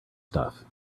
stuff